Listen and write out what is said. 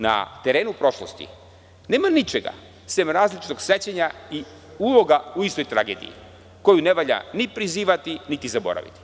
Na terenu prošlosti nema ničega sem različitog sećanja i uloga u istoj tragediji, koju ne valja ni prizivati, niti zaboraviti.